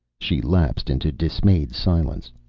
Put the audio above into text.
she lapsed into dismayed silence.